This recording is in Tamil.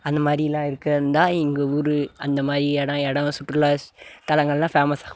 அந்த மாதிரிலாம் இருக்கிறந்தான் இங்கே ஊர் அந்த மாதிரி எடம் எடம் சுற்றுலா தலங்கள்லாம் ஃபேமஸ்